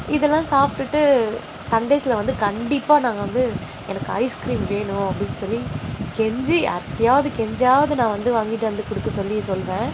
இதெல்லாம் சாப்பிடுட்டு சண்டேஸில் வந்து கண்டிப்பாக நாங்கள் வந்து எனக்கு ஐஸ் கிரீம் வேணும் அப்படின் சொல்லி கெஞ்சி யாருக்கிட்டேயாவுது கெஞ்சாயாவுது நான் வந்து வாங்கிட்டு வந்து கொடுக்கச் சொல்லி சொல்லுவேன்